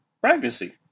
pregnancy